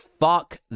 fuck